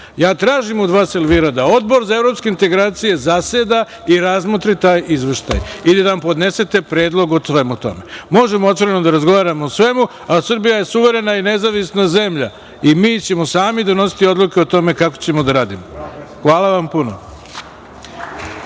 tražim od vas Elvira da Odbor za evropske integracije zaseda i razmotri taj izveštaj i da nam podnesete predlog o tome. Možemo otvoreno da razgovaramo o svemu, a Srbija je suverena i nezavisna zemlja i mi ćemo sami donositi odluke o tome kako ćemo da radimo. Hvala vam puno.E,